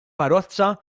karozza